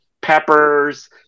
peppers